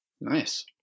Nice